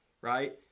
right